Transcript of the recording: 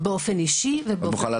יש לך